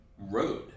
road